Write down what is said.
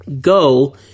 Go